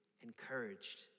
encouraged